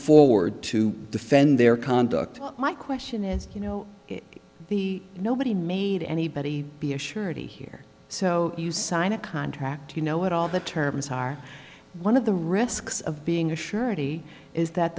forward to defend their conduct my question is you know the nobody made anybody be a surety here so you sign a contract you know what all the terms are one of the risks of being a surety is that